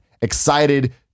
excited